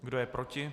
Kdo je proti?